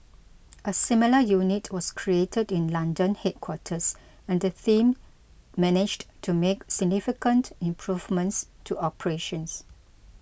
a similar unit was created in the London headquarters and the same managed to make significant improvements to operations